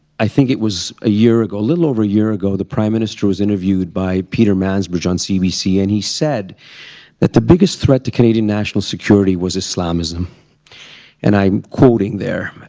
i think it was a year ago, a little over a year ago, the prime minister was interviewed by peter mansbridge on cbc and he said that the biggest threat to canadian national security was islamism and i'm quoting there.